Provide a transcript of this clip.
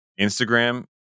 instagram